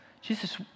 Jesus